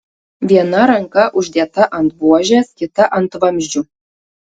viena ranka uždėta ant buožės kita ant vamzdžių